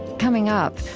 coming up,